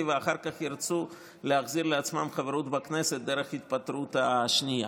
ואחר כך ירצו להחזיר לעצמם חברות בכנסת דרך ההתפטרות השנייה.